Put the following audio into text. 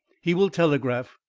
he will telegraph.